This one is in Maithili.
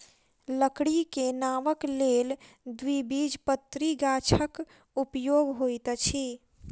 लकड़ी के नावक लेल द्विबीजपत्री गाछक उपयोग होइत अछि